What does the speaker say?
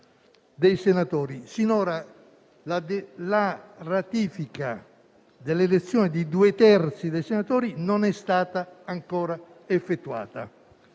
Sinora la ratifica dell'elezione di due terzi dei senatori non è stata ancora effettuata.